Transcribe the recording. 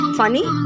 funny